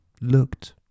looked